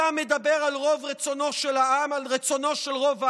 אתה מדבר על רצונו של רוב העם?